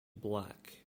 black